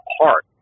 heart